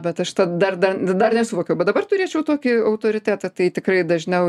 bet aš ta dar dar dar nesuvokiau bet dabar turėčiau tokį autoritetą tai tikrai dažniau